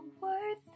worth